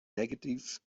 negative